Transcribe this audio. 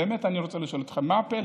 באמת אני רוצה לשאול אתכם, מה הפלא?